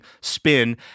spin